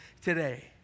today